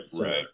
right